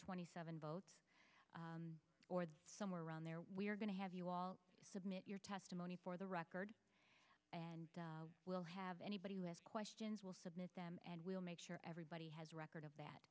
twenty seven votes or somewhere around there we're going to have you all submit your testimony for the record and we'll have anybody with questions will submit them and we'll make sure everybody has a record of that